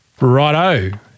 Righto